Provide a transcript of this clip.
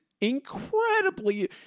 incredibly